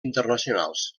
internacionals